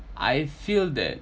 I feel that